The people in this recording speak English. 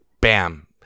bam